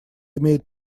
имеет